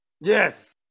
yes